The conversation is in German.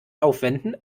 aufwenden